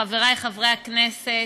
חברי חברי הכנסת,